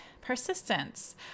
persistence